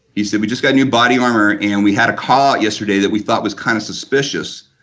he said we just got new body armor and we had a car yesterday that we thought was kind of suspicious,